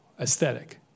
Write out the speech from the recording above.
aesthetic